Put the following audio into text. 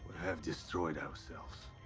have destroyed ourselves.